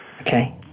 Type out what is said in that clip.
Okay